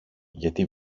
γιατί